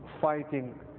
fighting